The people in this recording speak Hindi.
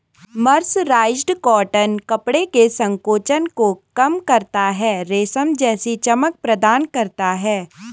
मर्सराइज्ड कॉटन कपड़े के संकोचन को कम करता है, रेशम जैसी चमक प्रदान करता है